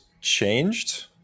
changed